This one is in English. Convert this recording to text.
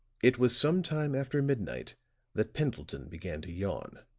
it was some time after midnight that pendleton began to yawn.